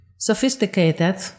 sophisticated